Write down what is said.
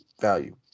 value